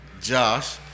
Josh